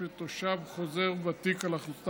ועוברת להמשך